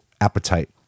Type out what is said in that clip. appetite